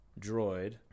droid